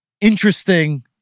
interesting